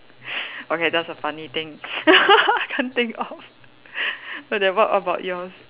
okay that's a funny thing can't think of well then what about yours